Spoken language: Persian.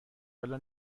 حالا